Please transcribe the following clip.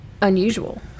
unusual